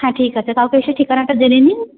হ্যাঁ ঠিক আছে কালকে এসে ঠিকানাটা জেনে নিন